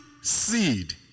seed